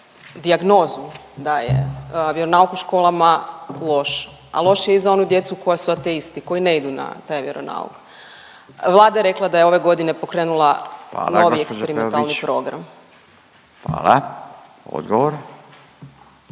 dijagnozu, da je vjeronauk u školama loš, a loš je i za onu djecu koja su ateisti, koji ne idu na taj vjeronauk, Vlada je rekla da je ove godine pokrenula … .../Upadica: Hvala gđo